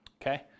Okay